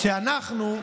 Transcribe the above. כשאנחנו,